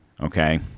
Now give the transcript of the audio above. okay